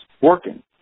working